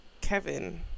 Kevin